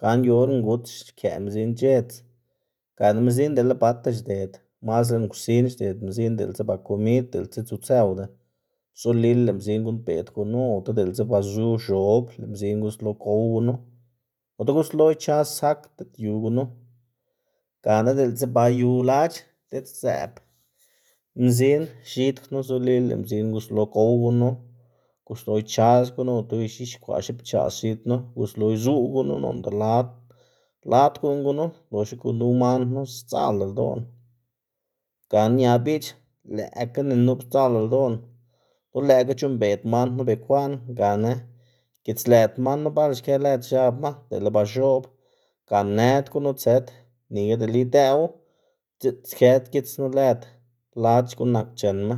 gana yu or nguts xkëꞌ mzin c̲h̲edz gana mzin dele bata xded, mas lën kwsin xded mzin diꞌltsa ba komid diꞌltsa tsutsëwda zolila lëꞌ mzin guꞌnnbeꞌd gunu ota diꞌltsa ba zu x̱ob lëꞌ mzin guslo gow gunu ota guslo ichas sak diꞌt yu gunu. Gana diꞌltsa ba yu lac̲h̲ diꞌt szëꞌb mzin x̱id knu zolila lëꞌ mzin guslo gow gunu guslo ichas gunu ota ix̱ixkwaꞌ xipchaꞌs x̱id knu guslo izuꞌw gunu noꞌnda lad lad guꞌnn gunu, loxna gunu man knu sdzaꞌlda ldoꞌná gana ña biꞌch lëꞌkga ni nup sdzaꞌlda ldoꞌná lo lëꞌkga c̲h̲uꞌnnbeꞌd man knu bekwaꞌn gana gitslëd man knu bal xkë lëd x̱abma dele ba x̱oꞌb ga nëd gunu tsëp, nika dele idëꞌwu dziꞌts kë gits knu lëd lac̲h̲ guꞌn nak chenma.